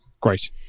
Great